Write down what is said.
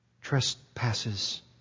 Trespasses